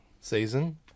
season